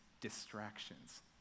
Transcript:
distractions